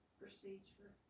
procedure